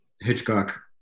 Hitchcock